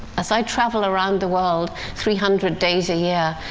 as i travel around the world three hundred days a year,